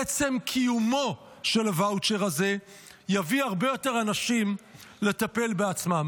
עצם קיומו של הוואוצ'ר הזה יביא הרבה יותר אנשים לטפל בעצמם.